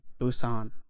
Busan